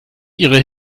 ihre